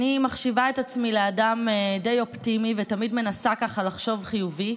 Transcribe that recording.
אני מחשיבה את עצמי לאדם די אופטימי ותמיד מנסה לחשוב חיובי,